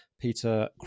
peter